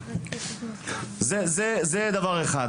זה הדבר הראשון.